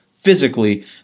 physically